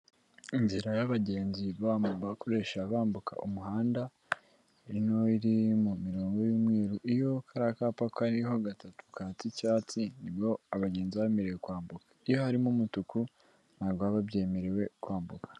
Inzira y'abagenzi bakoresha bambuka umuhanda, ini iri mu mirongo y'mweru, iyo kariya akapa kariho gatatu katse icyatsi, nibwo abagenzi baba bemerewe, kwambuka iyo harimo umutuku ntabwo baba babyemerewe kwambuka.